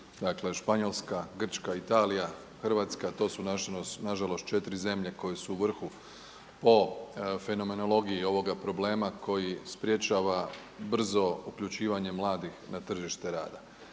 Dakle Španjolska, Grčka, Italija, Hrvatska to su nažalost četiri zemlje koje su u vrhu po fenomenologiji ovoga problema koji sprječava brzo uključivanje mladih na tržište rada.